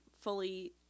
fully